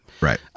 Right